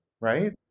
right